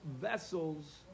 vessels